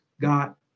got